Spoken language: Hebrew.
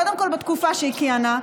קודם כול בתקופה שהיא כיהנה,